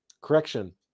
Correction